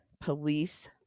police